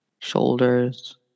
shoulders